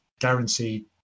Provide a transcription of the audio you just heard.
guaranteed